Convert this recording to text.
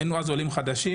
היינו אז עולים חדשים,